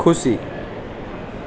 ખુશી